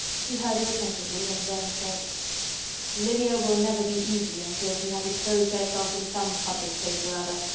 he heard her attentively, and then said lydia will never be easy until she has exposed herself in some public place or other,